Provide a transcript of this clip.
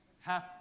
half